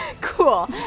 Cool